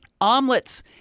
omelets